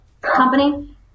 company